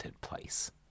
place